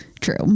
true